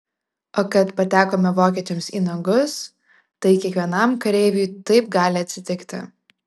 o kad patekome vokiečiams į nagus tai kiekvienam kareiviui taip gali atsitikti